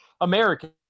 American